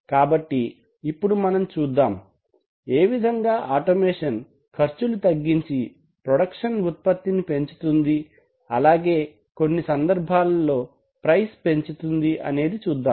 కాబట్టి ఇప్పుడు మనం చూద్దాం ఏవిధంగా ఆటోమేషన్ ఖర్చులు తగ్గించి ప్రొడక్షన్ ఉత్పత్తిని పెంచుతుంది అలాగే కొన్ని సందర్భాలలో ప్రైస్ పెంచుతుంది అనేది చూద్దాం